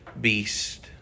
beast